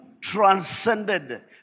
transcended